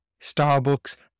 Starbucks